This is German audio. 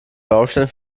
baustein